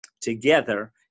together